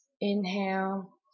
inhale